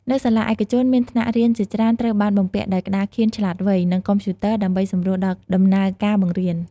នៅសាលាឯកជនមានថ្នាក់រៀនជាច្រើនត្រូវបានបំពាក់ដោយក្តារខៀនឆ្លាតវៃ និងកុំព្យូទ័រដើម្បីសម្រួលដល់ដំណើរការបង្រៀន។